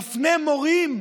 מפנה מורים